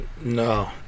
No